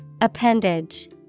Appendage